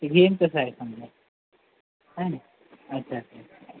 घेईन तसं आहे म्हटलं हा ना अच्छा अच्छा